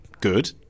good